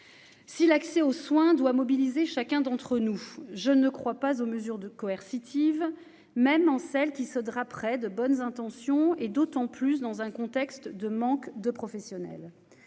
si l'accès aux soins doit mobiliser chacun d'entre nous, je ne crois pas aux mesures de coercitive, même en celle qui se drape près de bonnes intentions et d'autant plus dans un contexte de manque de professionnels,